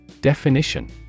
Definition